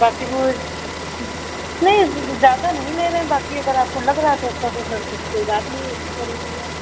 बाक़ी वह नहीं ज़्यादा नहीं ले रहें बाक़ी अगर आपको लग रहा है तो सौ दो सौ रुपये की कोई बात नहीं है कम कर लेंगे हम